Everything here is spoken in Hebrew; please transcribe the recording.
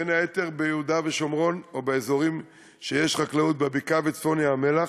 בין היתר ביהודה ושומרון או באזורים שיש חקלאות בבקעה וצפון ים-המלח,